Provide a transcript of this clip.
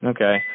Okay